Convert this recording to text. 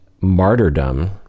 martyrdom